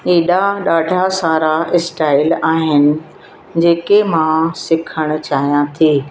हेॾा ॾाढा सारा स्टाइल आहिनि जेके मां सिखण चाहियां थी